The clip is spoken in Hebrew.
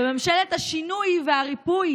וממשלת השינוי והריפוי